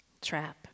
trap